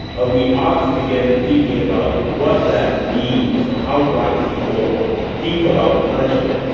ah we ought to begin thinking about what that means for how black people think about punishment.